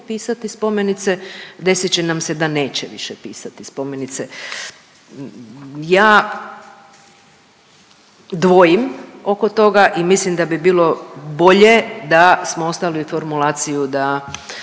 pisati spomenice desit će nam se da neće više pisati spomenice. Ja dvojim oko toga i mislim da bi bilo bolje da smo ostavili formulaciju da